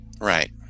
Right